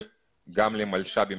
גם למלש"בים,